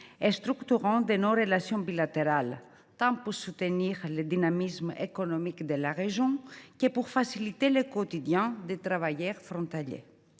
et structurant de nos relations bilatérales, tant pour soutenir le dynamisme économique de la région que pour faciliter le quotidien des travailleurs frontaliers.